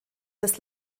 des